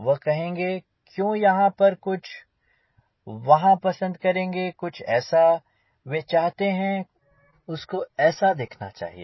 वह कहेंगे क्यों यहाँ पर कुछ वह पसंद करेंगे कुछ ऐसा वे चाहते हैं उसको ऐसा दिखना चाहिए